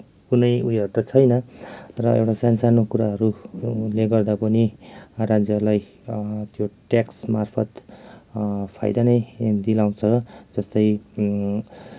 कुनै उयोहरू त छैन तर एउटा सानसानो कुराहरूले गर्दा पनि राज्यलाई त्यो ट्याक्समार्फत् फाइदा नै दिलाउँछ जस्तै